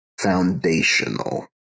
foundational